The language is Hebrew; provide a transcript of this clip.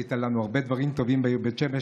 עשית לנו הרבה דברים טובים בעיר בית שמש,